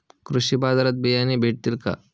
कृषी बाजारात बियाणे भेटतील का?